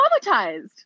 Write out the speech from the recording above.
traumatized